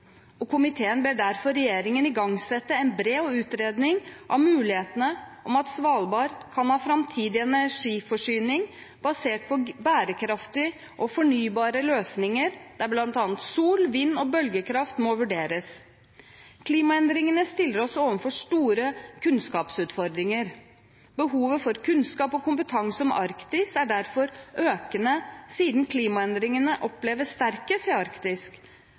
og komiteen ber derfor regjeringen igangsette en bred utredning av mulighetene for at Svalbard kan ha framtidig energiforsyning basert på bærekraftige og fornybare løsninger, der bl.a. sol-, vind- og bølgekraft må vurderes. Klimaendringene stiller oss overfor store kunnskapsutfordringer. Behovet for kunnskap og kompetanse om Arktis er derfor økende, siden klimaendringene